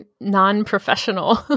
non-professional